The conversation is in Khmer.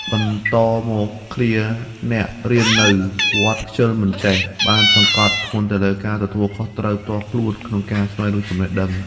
បន្តមក ឃ្លា "អ្នករៀននៅ (វត្ត) ខ្ជិលមិនចេះ" បានសង្កត់ធ្ងន់ទៅលើការទទួលខុសត្រូវផ្ទាល់ខ្លួនក្នុងការស្វែងរកចំណេះដឹង។